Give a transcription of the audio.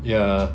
ya